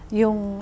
yung